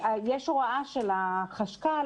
יש הוראה של החשכ"ל,